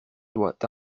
doit